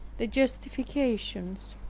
the justifications